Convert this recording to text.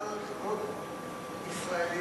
חל על חברות ישראליות?